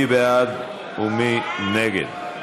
מי בעד ומי נגד?